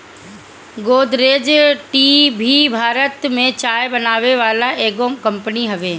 Godrej tea भी भारत में चाय बनावे वाला एगो कंपनी हवे